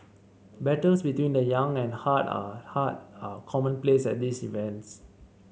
battles between the young and heart are commonplace at these events